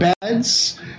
beds